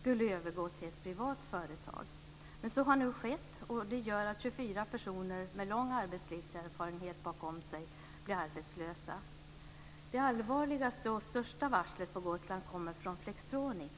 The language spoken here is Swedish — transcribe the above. skulle övergå till ett privat företag. Men så har nu skett, och det gör att 24 personer med lång arbetslivserfarenhet bakom sig blir arbetslösa. Det allvarligaste och största varslet på Gotland kommer från Flextronics.